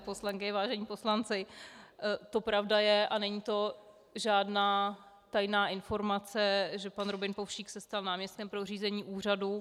Vážené poslankyně, vážení poslanci, to pravda je a není to žádná tajná informace, že pan Robin Povšík se stal náměstkem pro řízení úřadu.